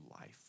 life